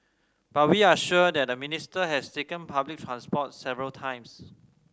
but we are sure that the Minister has taken public transport several times